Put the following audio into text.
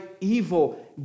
evil